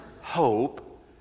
hope